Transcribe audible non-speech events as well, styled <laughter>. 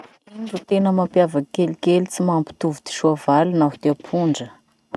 Ino <noise> ro tena mampiavaky kelikely tsy mampitovy ty soavaly noho ty apondra?